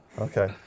Okay